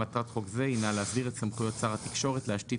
'מטרת חוק זה הינה להסדיר את סמכויות שר התקשורת להשתית